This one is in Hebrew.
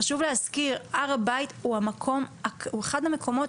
חשוב להזכיר שהר הבית הוא אחד המקומות